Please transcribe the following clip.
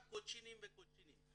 רק קוצ'ינים וקוצ'נים.